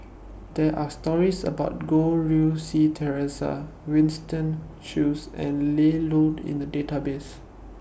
There Are stories about Goh Rui Si Theresa Winston Choos and Ian Loy in The Database